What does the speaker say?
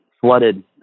Flooded